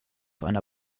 einer